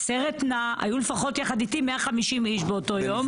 סרט נע, היו לפחות איתי 150 איש באותו יום.